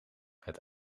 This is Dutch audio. het